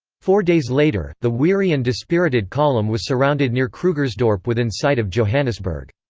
four days later, the weary and dispirited column was surrounded near krugersdorp within sight of johannesburg.